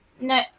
No